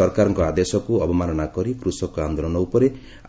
ସରକାରଙ୍କ ଆଦେଶକୁ ଅବମାନନା କରି କୃଷକ ଆନ୍ଦୋଳନ ଉପରେ